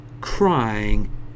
crying